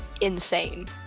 insane